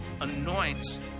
anoints